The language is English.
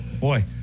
boy